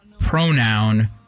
pronoun